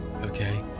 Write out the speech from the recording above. Okay